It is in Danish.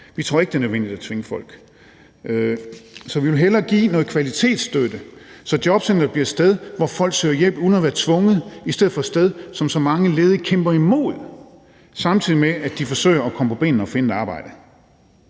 Vi tror ikke, at det er nødvendigt at tvinge folk. Så vi vil hellere give noget kvalitetsstøtte, så jobcenteret bliver et sted, hvor folk søger hjælp uden at være tvunget, i stedet for at være det sted, som så mange ledige kæmper imod, samtidig med at de forsøger at komme på benene og finde et arbejde.